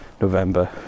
November